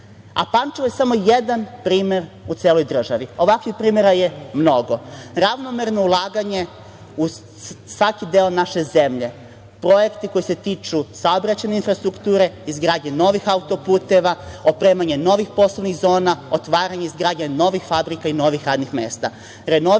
sjaj. Pančevo je samo jedan primer u celoj državi. Ovakvih primera je mnogo. Ravnomerno ulaganje u svaki deo naše zemlje, projekti koji se tiču saobraćajne infrastrukture, izgradnje novih auto-puteva, opremanje novih poslovnih zona, otvaranje i izgradnja novih fabrika i novih radnih mesta,